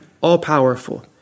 all-powerful